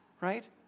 right